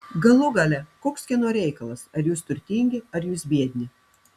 galų gale koks kieno reikalas ar jūs turtingi ar jūs biedni